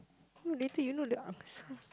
later you know the answer